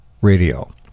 radio